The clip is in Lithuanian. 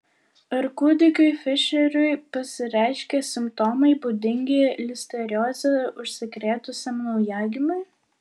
ar kūdikiui fišeriui pasireiškė simptomai būdingi listerioze užsikrėtusiam naujagimiui